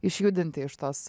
išjudinti iš tos